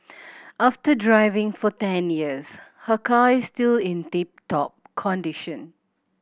after driving for ten years her car is still in tip top condition